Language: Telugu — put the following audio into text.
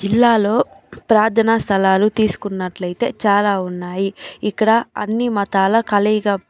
జిల్లాలో ప్రార్ధనా స్థలాలు తీసుకున్నట్లైతే చాలా ఉన్నాయి ఇక్కడ అన్నీ మతాల కలయిక